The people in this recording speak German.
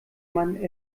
man